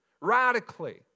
radically